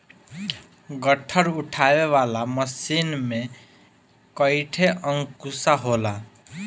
गट्ठर उठावे वाला मशीन में कईठे अंकुशा होला